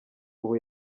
ubu